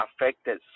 affected